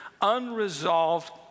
Unresolved